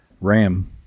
Ram